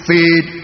Feed